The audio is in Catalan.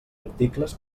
articles